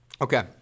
Okay